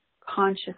conscious